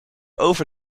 over